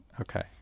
Okay